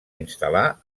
instal·lar